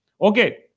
Okay